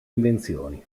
invenzioni